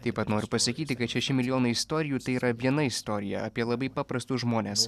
taip pat noriu pasakyti kad šeši milijonai istorijų tai yra viena istorija apie labai paprastus žmones